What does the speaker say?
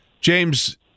James